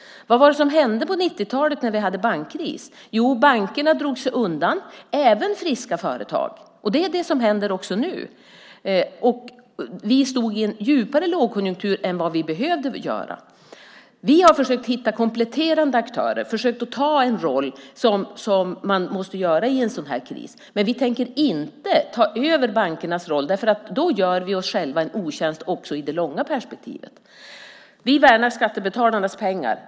Vad var det som hände på 90-talet när vi hade en bankkris? Jo, bankerna drog sig undan även friska företag. Det händer nu också. Lågkonjunkturen blev djupare än vad den behövde bli. Vi har försökt att hitta kompletterande aktörer och ta den roll som man måste spela i en sådan här kris, men vi tänker inte ta över bankernas roll, för då gör vi oss själva en otjänst också i det långa perspektivet. Vi värnar skattebetalarnas pengar.